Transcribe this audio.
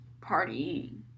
partying